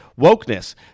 wokeness